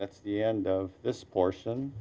that's the end of this portion